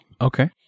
Okay